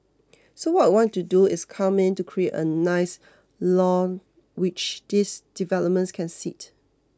so what we want to do is come in to create a nice lawn which these developments can sit